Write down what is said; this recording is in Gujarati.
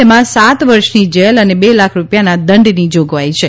તેમાં સાત વર્ષની જેલ અને બે લાખ રૂપિયાના દંડની જોગવાઈ છે